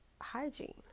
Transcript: hygiene